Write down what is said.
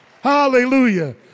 Hallelujah